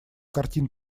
картин